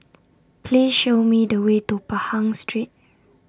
Please Show Me The Way to Pahang Street